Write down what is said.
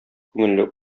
күңелле